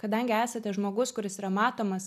kadangi esate žmogus kuris yra matomas